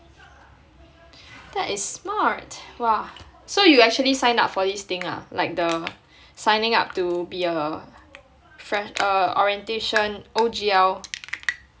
that is smart !wah! so you actually sign up for this thing ah like the signing up to be a fresh~ err orientation O_G_L